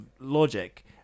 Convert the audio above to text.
logic